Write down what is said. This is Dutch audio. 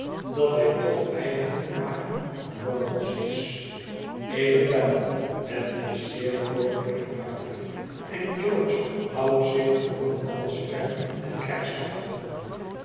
dat hij toch eigenlijk maar een lorrebos is evenwel men is zeer vroolijk en hartelijk en george houdt zich onder alles ferm en krijgshaftig